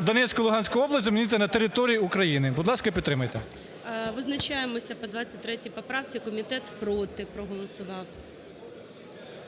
"Донецьку і Луганську область" замінити на "територію України". Будь ласка, підтримайте. ГОЛОВУЮЧИЙ. Визначаємося по 23-й поправці. Комітет "проти" проголосував.